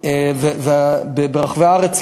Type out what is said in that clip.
ברחבי הארץ,